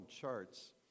charts